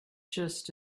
just